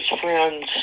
friends